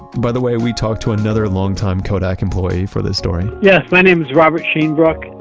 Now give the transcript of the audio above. by the way, we talked to another longtime kodak employee for this story yes. my name is robert shanebrook.